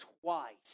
twice